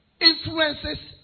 influences